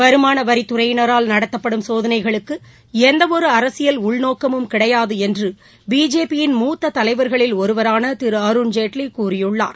வருமானவரித்துறையினரால் நடத்தப்படும் சோதனைகளுக்கு எந்தவொரு அரசியல் உள்நோக்கமும் கிடையாது என்று பிஜேபியின் மூத்த தலைவர்களில் ஒருவரான திரு அருண்ஜேட்லி கூறியுள்ளார்